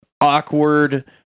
awkward